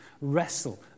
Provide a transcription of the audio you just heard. wrestle